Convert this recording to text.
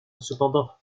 cependant